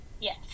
Yes